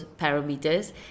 parameters